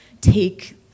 take